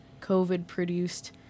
COVID-produced